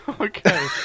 Okay